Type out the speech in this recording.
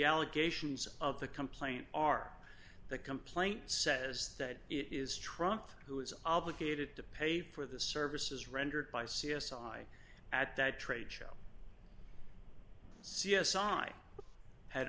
allegations of the complaint are the complaint says that it is trump who is obligated to pay for the services rendered by c s i at that trade show c s i had